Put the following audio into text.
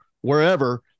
wherever